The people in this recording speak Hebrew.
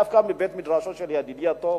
דווקא מבית-מדרשו של ידידי הטוב,